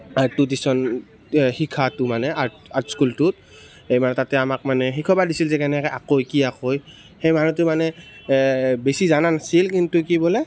এইটো টিউচন শিকাটো মানে আৰ্ট আৰ্ট স্কুলটোত সেই মানে তাতে আমাক মানে শিকাব দিছিল যে কেনেকৈ অঁকাই কি অঁকাই সেই মানুহটোৱে মানে বেছি জানা নাছিল কিন্তু কি বোলে